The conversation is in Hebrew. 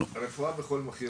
רפואה לא עושים בכל מחיר,